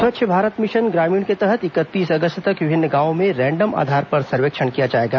स्वच्छ भारत मिशन ग्रामीण के तहत इकतीस अगस्त तक विभिन्न गांवों में रैंडम आधार पर सर्वेक्षण किया जाएगा